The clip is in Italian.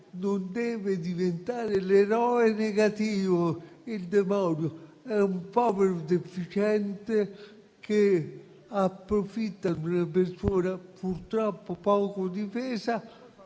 Non deve diventare l'eroe negativo, il demonio. È un povero deficiente, che si approfitta di una persona purtroppo poco difesa,